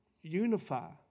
Unify